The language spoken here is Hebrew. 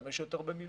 להשתמש יותר במילואים.